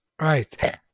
right